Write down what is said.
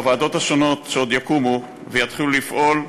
בוועדות השונות שעוד יקומו ויתחילו לפעול,